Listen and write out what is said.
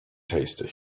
tasty